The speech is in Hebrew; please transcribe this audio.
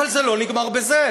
אבל זה לא נגמר בזה.